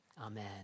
Amen